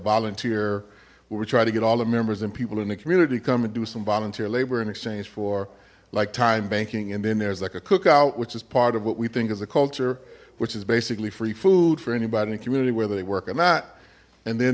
volunteer where we try to get all the members and people in the community to come and do some volunteer labor in exchange for like time banking and then there's like a cookout which is part of what we think is a culture which is basically free food for anybody in the community whether they work or not and then